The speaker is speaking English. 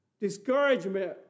Discouragement